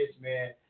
man